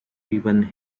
events